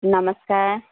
नमस्कार